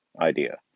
idea